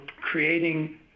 creating